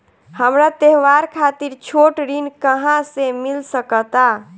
हमरा त्योहार खातिर छोट ऋण कहाँ से मिल सकता?